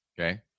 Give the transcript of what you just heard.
Okay